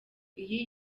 iyi